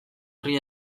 horri